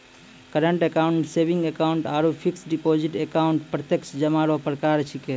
current account saving account आरु fix deposit account प्रत्यक्ष जमा रो प्रकार छिकै